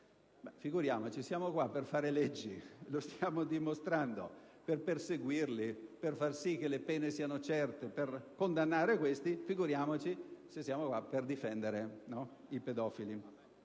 figuriamoci! Siamo qui per fare leggi - lo stiamo dimostrando - per perseguirli, per far sì che le pene siano certe, per condannarli; figuriamoci se siamo qui per difendere i pedofili.